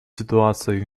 ситуацией